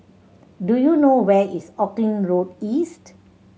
do you know where is Auckland Road East